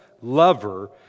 lover